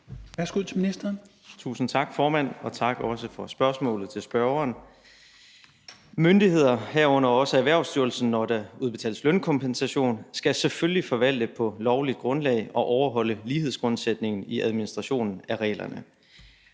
(Simon Kollerup): Tusind tak, formand, og også tak til spørgeren for spørgsmålet. Myndigheder, herunder også Erhvervsstyrelsen, skal, når der udbetales lønkompensation, selvfølgelig forvalte på lovligt grundlag og overholde lighedsgrundsætningen i administrationen af reglerne.